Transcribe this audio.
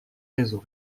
réseau